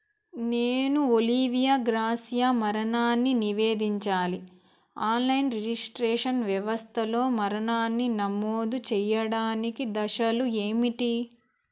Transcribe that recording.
నేను Olivia Gracia మరణాన్ని నివేదించాలి ఆన్లైన్ రిజిస్ట్రేషన్ వ్యవస్థలో మరణాన్ని నమోదు చేయడానికి దశలు ఏమిటి